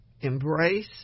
embrace